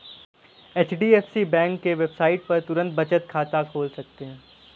HDFC bank के website पर तुरंत बचत खाता खोल सकते है